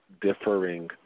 Differing